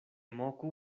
moku